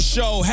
Show